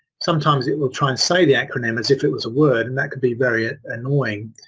sometimes it will try and say the acronym as if it was a word and that can be very annoying.